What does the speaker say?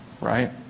Right